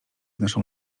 naszą